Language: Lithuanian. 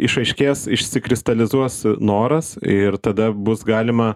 išaiškės išsikristalizuos noras ir tada bus galima